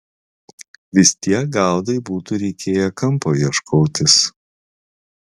vis tiek gaudai būtų reikėję kampo ieškotis